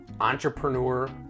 entrepreneur